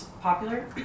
popular